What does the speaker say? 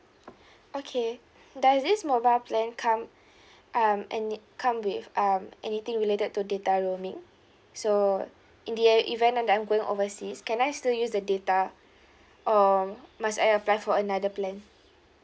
okay does this mobile plan come um any come with um anything related to data roaming so in the uh event that that I'm going overseas can I still use the data or must I apply for another plan